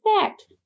fact